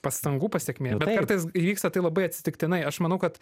pastangų pasekmė bet kartais įvyksta tai labai atsitiktinai aš manau kad